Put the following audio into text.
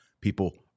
people